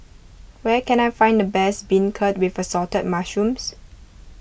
where can I find the best Beancurd with Assorted Mushrooms